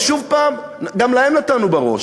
ושוב, גם להם נתנו בראש.